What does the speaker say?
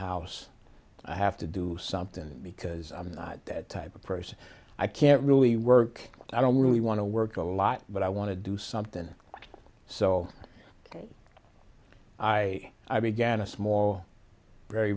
house i have to do something because i'm not that type of person i can't really work i don't really want to work a lot but i want to do something so ok i i began a small very